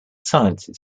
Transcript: sciences